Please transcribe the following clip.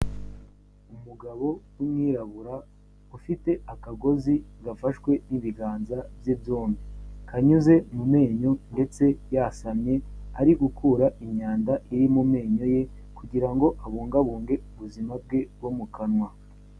Umugabo w'umwirabura ufite akagozi gafashwe n'ibiganza bye byombi, kanyuze mu menyo ndetse yasamye ari gukura imyanda iri mu menyo ye, kugira ngo abungabunge ubuzima bwe bwo mu kanwa.